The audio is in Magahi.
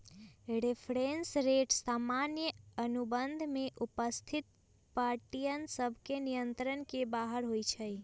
रेफरेंस रेट सामान्य अनुबंध में उपस्थित पार्टिय सभके नियंत्रण से बाहर होइ छइ